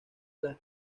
las